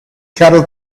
cattle